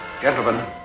Gentlemen